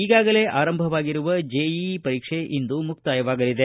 ಈಗಾಗಲೇ ಆರಂಭವಾಗಿರುವ ಜೆಇಇ ಪರೀಕ್ಷೆ ಇಂದು ಮುಕ್ತಾಯವಾಗಲಿದೆ